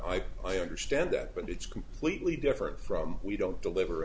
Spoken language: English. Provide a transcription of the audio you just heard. i i understand that but it's completely different from we don't deliver